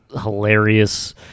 hilarious